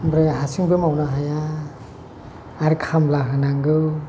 ओमफ्राय हारसिंबो मावनो हाया आरो खामला होनांगौ